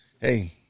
hey